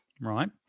right